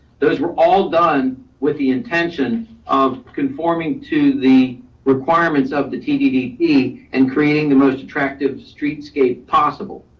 those were all done with the intention of conforming to the requirements of the tddp and creating the most attractive streetscape possible.